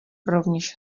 rovněž